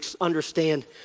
understand